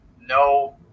no